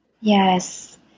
Yes